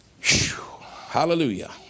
hallelujah